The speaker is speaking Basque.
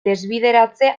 desbideratze